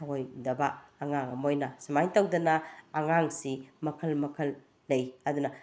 ꯊꯑꯣꯏꯗꯕ ꯑꯉꯥꯡ ꯑꯃ ꯑꯣꯏꯅ ꯁꯨꯃꯥꯏꯅ ꯇꯧꯗꯅ ꯑꯉꯥꯡꯁꯤ ꯃꯈꯜ ꯃꯈꯜ ꯂꯩ ꯑꯗꯨꯅ